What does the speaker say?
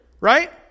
right